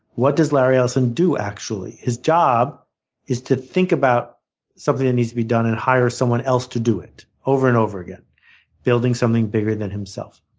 what does larry ellison and do, actually? his job is to think about something that needs to be done and hire someone else to do it, over and over again building something bigger than himself.